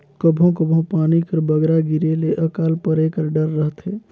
कभों कभों पानी कर बगरा गिरे ले अकाल परे कर डर रहथे